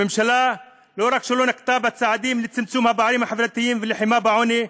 הממשלה לא רק שלא נקטה צעדים לצמצום הפערים החברתיים וללחימה בעוני,